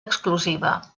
exclusiva